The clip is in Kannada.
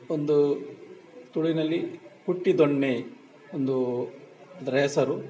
ಒಂದು ತುಳುವಿನಲ್ಲಿ ಕುಟ್ಟಿದೊಣ್ಣೆ ಒಂದು ಅದರ ಹೆಸರು